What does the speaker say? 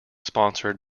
sponsored